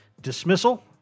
dismissal